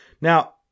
Now